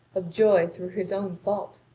of joy through his own fault.